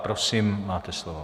Prosím, máte slovo.